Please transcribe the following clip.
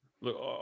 look